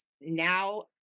now